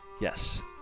Yes